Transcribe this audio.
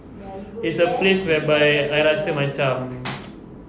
it's a place whereby I rasa macam